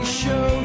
show